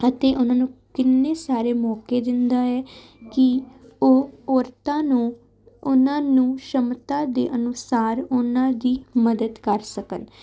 ਅਤੇ ਉਹਨਾਂ ਨੂੰ ਕਿੰਨੇ ਸਾਰੇ ਮੌਕੇ ਦਿੰਦਾ ਹੈ ਕਿ ਉਹ ਔਰਤਾਂ ਨੂੰ ਉਹਨਾਂ ਨੂੰ ਸ਼ਮਤਾ ਦੇ ਅਨੁਸਾਰ ਉਹਨਾਂ ਦੀ ਮਦਦ ਕਰ ਸਕਣ